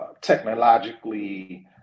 technologically